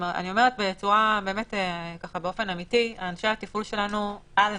אני אומרת באופן אמיתי, אנשי התפעול שלנו על זה,